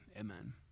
Amen